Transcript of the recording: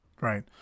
right